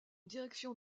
direction